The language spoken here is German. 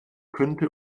könnte